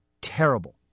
terrible